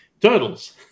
turtles